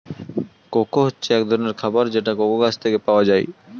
cocoa হচ্ছে এক ধরনের খাবার যেটা কোকো গাছ থেকে পাওয়া যায়